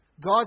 God